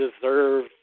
deserve